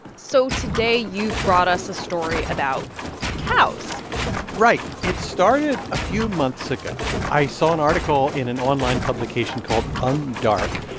so today you've brought us a story about cows right. it started a few months ago. i saw an article in an online publication called undark.